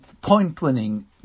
point-winning